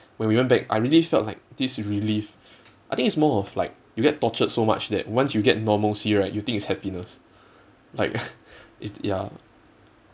when we went back I really felt like this relief I think it's more of like you get tortured so much that once you get normalcy right you think it's happiness like it's ya